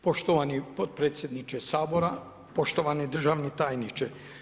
Poštovani potpredsjedniče Sabora, poštovani državni tajniče.